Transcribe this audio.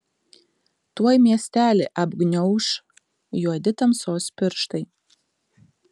tuoj miestelį apgniauš juodi tamsos pirštai